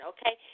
Okay